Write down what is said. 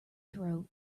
throat